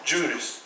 Judas